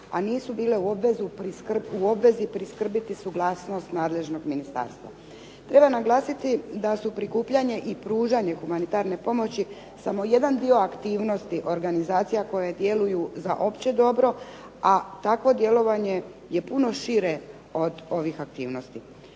a nisu bile u obvezi priskrbiti suglasnost nadležnog ministarstva. Treba naglasiti da su prikupljanje i pružanje humanitarne pomoći samo jedan dio aktivnosti organizacija koje djeluju za opće dobro, a takvo djelovanje je puno šire od ovih aktivnosti.